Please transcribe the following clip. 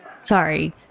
Sorry